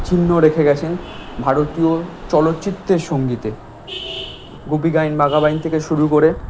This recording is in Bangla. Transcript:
চিহ্ন রেখে গেছেন ভারতীয় চলচ্চিত্রের সঙ্গীতে গুপী গাইন বাঘা বাইন থেকে শুরু করে